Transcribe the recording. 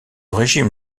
régime